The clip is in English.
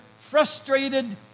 frustrated